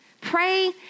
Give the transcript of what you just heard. Pray